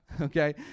okay